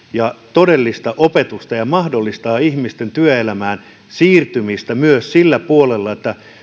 todellista opetusta ja mahdollistamaan ihmisten työelämään siirtymistä myös sillä puolella niin että